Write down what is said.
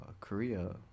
Korea